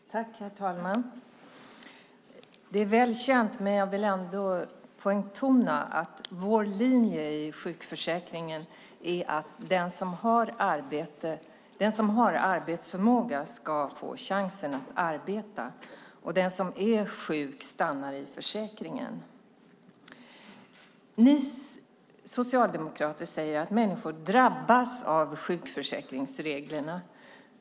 Herr talman! Det är väl känt men jag vill ändå betona att vår linje i sjukförsäkringen är att den som har arbetsförmåga ska få chansen att arbeta och den som är sjuk stannar i försäkringen. Ni socialdemokrater säger att människor drabbas av sjukförsäkringsreglerna.